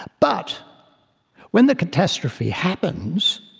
but when the catastrophe happens,